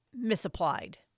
misapplied